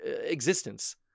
existence